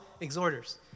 exhorters